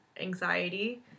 anxiety